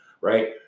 right